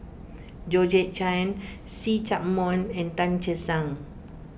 Georgette Chen See Chak Mun and Tan Che Sang